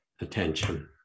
attention